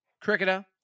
cricketer